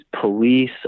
police